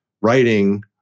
writing